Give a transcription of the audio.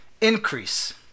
increase